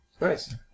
Nice